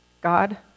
God